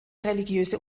religiöse